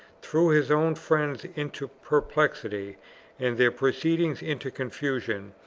threw his own friends into perplexity and their proceedings into confusion,